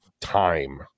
time